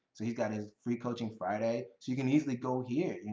so he's got his free coaching friday. so you can easily go here,